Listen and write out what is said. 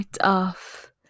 off